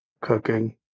cooking